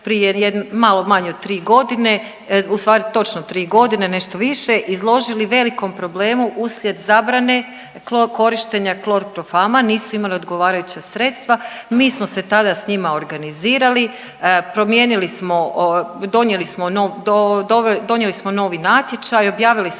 malo manje od 3 godine, ustvari točno 3 godine, nešto više izložili velikom problemu uslijed zabrane korištenja klorprofama, nisu imali odgovarajuća sredstva. Mi smo se tada s njima organizirali, promijenili smo, donijeli smo novi natječaj, objavili smo